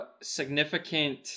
significant